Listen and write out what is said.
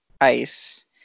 ice